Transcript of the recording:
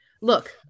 look